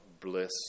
bliss